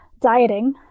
dieting